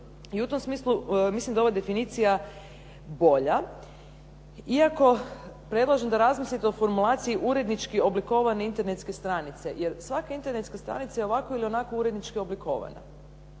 I u tom smislu mislim da je ova definicija bolja, iako predlažem da razmislite o formulaciji urednički oblikovane internetske stranice, jer svaka internetska stranica je ovako ili onako urednički oblikovana.